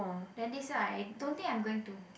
then this year I don't think I'm going to